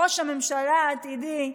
ראש הממשלה העתידי.